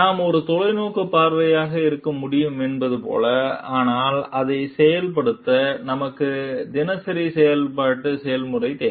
நாம் ஒரு தொலைநோக்கு பார்வையாளராக இருக்க முடியும் என்பது போல ஆனால் அதை செயல்படுத்த நமக்கு தினசரி செயல்பாட்டு செயல்முறைகள் தேவை